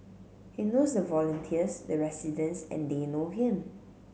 he knows the volunteers the residents and they know him